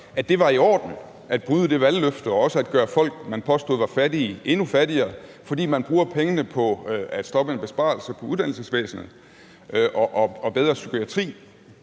at det var i orden at bryde det valgløfte og også at gøre folk, man påstod var fattige, endnu fattigere, fordi man bruger pengene på at stoppe en besparelse på uddannelsesvæsenet og på bedre psykiatri.